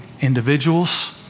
individuals